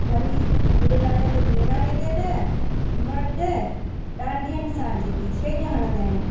वरी झूलेलाल जी बहिराणे ते त मर्द डांडियनि सां जेकी छेॼ हणंदा आहिनि